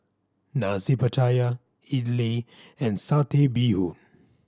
Nasi Pattaya idly and Satay Bee Hoon